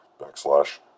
backslash